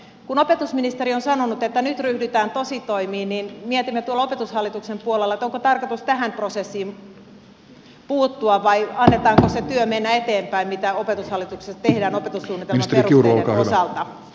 kun opetusministeri on sanonut että nyt ryhdytään tositoimiin niin mietimme tuolla opetushallituksen puolella onko tarkoitus tähän prosessiin puuttua vai annetaanko sen työn mennä eteenpäin mitä opetushallituksessa tehdään opetussuunnitelman perusteiden osalta